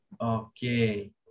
Okay